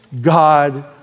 God